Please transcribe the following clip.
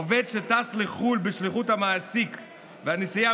עובד שטס לחול בשליחות המעסיק והנסיעה